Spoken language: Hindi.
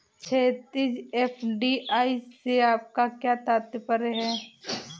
क्षैतिज, एफ.डी.आई से आपका क्या तात्पर्य है?